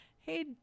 hey